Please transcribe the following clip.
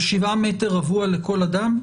ב-7 מטר רבוע לכל אדם?